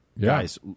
guys